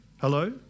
Hello